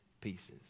pieces